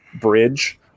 bridge